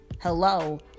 hello